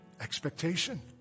expectation